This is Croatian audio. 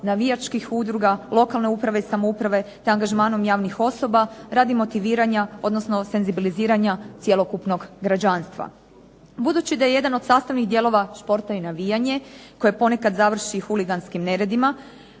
navijačkih udruga, lokalne uprave i samouprave te angažmanom javnih osoba radi motiviranja odnosno senzibiliziranja cjelokupnog građanstva. Budući da je jedan od sastavnih dijelova športa i navijanje koje ponekad završi huliganskim neredima,